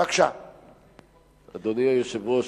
אדוני היושב-ראש,